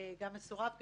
גם מסורב גט.